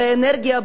באנרגיה,